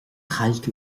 chailc